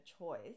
choice